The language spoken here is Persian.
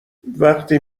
وقتی